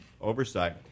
oversight